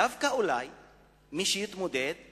דווקא מי שיתמודד הוא